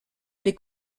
les